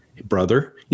brother